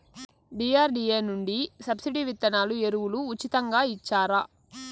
DRDA నుండి subsidy విత్తనాలు ఎరువులు ఉచితంగా ఇచ్చారా?